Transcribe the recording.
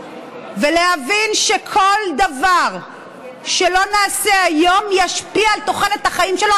ולהבין שכל דבר שלא נעשה היום ישפיע על תוחלת החיים שלו,